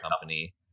company